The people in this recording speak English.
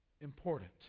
important